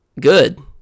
Good